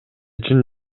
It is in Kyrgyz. чын